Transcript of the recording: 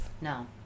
No